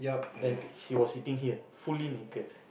then she was sitting here fully naked